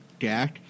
gak